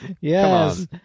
Yes